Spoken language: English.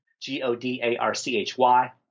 G-O-D-A-R-C-H-Y